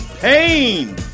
pain